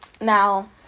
Now